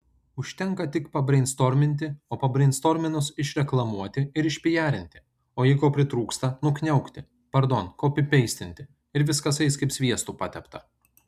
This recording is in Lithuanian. užtenka tik pabreinstorminti o pabreinstorminus išreklamuoti ir išpijarinti o jei ko pritrūksta nukniaukti pardon kopipeistinti ir viskas eis kaip sviestu patepta